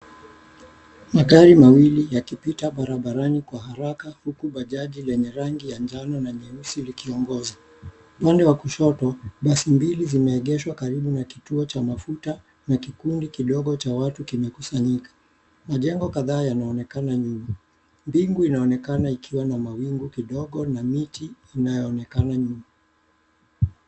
Magari mawili yakipita barabarani kwa haraka huku bajaji yenye rangi ya njano na nyeusi likiongoza. Upande wa kushoto basi mbili zimeeegeshwa karibu na kituo cha mafuta na kikundi kidogo cha watu kimekusanyika. Majengo kadhaa yanaonekana nyuma, mbingu inaonekana ikiwa na mawingu kidogo na miti inayoonekana nyuma.